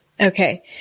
Okay